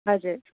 हजुर